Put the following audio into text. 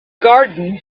garden